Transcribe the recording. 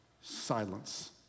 silence